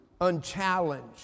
unchallenged